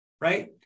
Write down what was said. Right